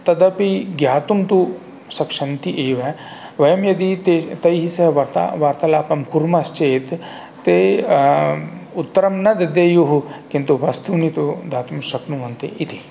तदपि ज्ञातुं तु शक्ष्यन्ति एव वयं यदि तैः सह वार्ता वार्तालापं कुर्मश्चेत् ते उत्तरं न दद्युः किन्तु वस्तूनि तु दातुं शक्नुवन्ति इति